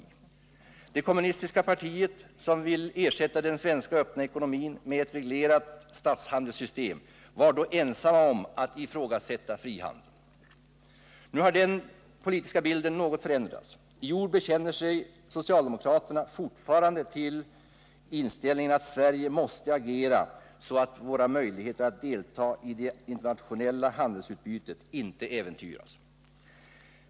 Det kommunistiska partiet — som vill ersätta den svenska öppna ekonomin med ett reglerat statshandelssystem — var då ensamt om att ifrågasätta frihandeln. Nu har den politiska bilden något förändrats. I ord bekänner sig socialdemokraterna fortfarande till inställningen att Sverige måste agera så att våra möjligheter att delta i det internationella handelsutbytet inte äventyras.